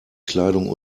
kleidung